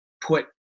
put